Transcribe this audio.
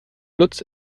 lutz